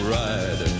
ride